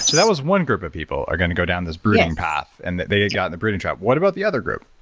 so that was one group of people, are going to go down this brooding path and that they had gotten the brooding trap. what about the other group?